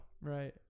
Right